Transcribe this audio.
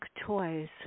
toys